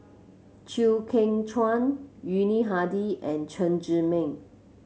Chew Kheng Chuan Yuni Hadi and Chen Zhiming